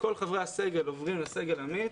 כל חברי הסגל עוברים לסגל עמית,